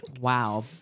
Wow